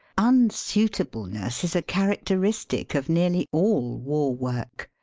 unsuitableness is a characteristic of nearly all war-work.